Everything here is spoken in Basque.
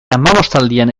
hamabostaldian